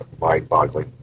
mind-boggling